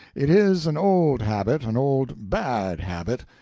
it is an old habit, an old, bad habit,